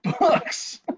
books